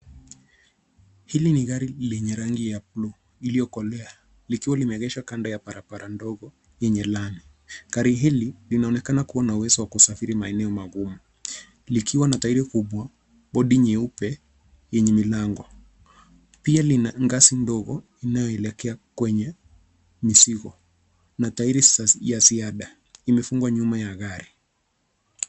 Hili ni gari lenye rangi ya blue iliyokolea, likiwa limeegeshwa kando ya barabara ndogo, yenye lami. Gari hili linaonakana kuwa na uwezo wa kusafiri maeneo magumu. Likiwa na tairi kubwa, body nyeupe yenye milango. Pia lina ngazi ndogo inayoelekea kwenye mizigo na tairi ya ziada imefungwa nyuma ya gari.